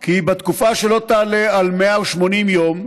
כי בתקופה שלא תעלה על 180 יום,